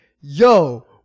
yo